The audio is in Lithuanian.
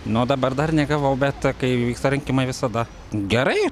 nu dabar dar negavau bet kai vyksta rinkimai visada gerai